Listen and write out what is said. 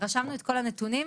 רשמנו את כל הנתונים,